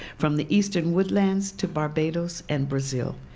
from the eastern woodlands, to barbados, and brazil.